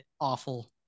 awful